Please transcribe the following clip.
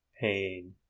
pain